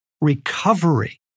Recovery